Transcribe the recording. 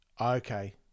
okay